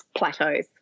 plateaus